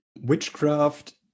Witchcraft